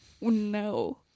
No